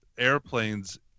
Airplanes